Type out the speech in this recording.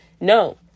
No